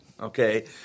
Okay